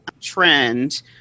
trend